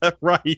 Right